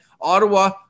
Ottawa